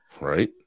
Right